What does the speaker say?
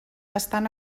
estan